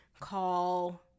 call